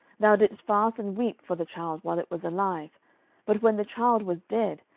thou didst fast and weep for the child, while it was alive but when the child was dead,